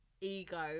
ego